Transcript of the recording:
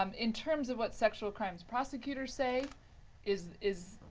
um in terms of what sexual crimes prosecutors say is is